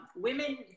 Women